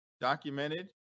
documented